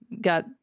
got